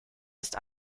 ist